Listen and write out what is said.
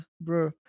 bro